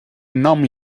nom